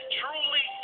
truly